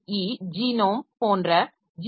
இ genome போன்ற G